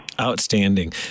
Outstanding